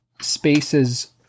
spaces